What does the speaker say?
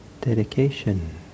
dedication